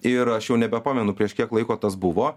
ir aš jau nebepamenu prieš kiek laiko tas buvo